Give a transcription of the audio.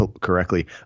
correctly